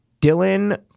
Dylan